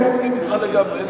אני מסכים אתך לגמרי.